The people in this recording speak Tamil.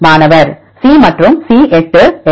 மாணவர் Cமற்றும் C 8 8